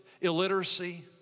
illiteracy